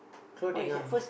clothing ah